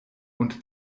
und